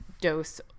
dose